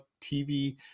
TV